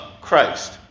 Christ